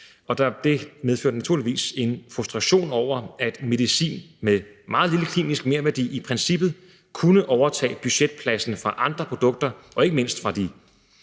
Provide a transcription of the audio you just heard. Det medførte naturligvis en frustration over, at medicin med meget lille klinisk merværdi i princippet kunne overtage budgetpladsen fra andre produkter og ikke mindst fra de